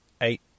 eight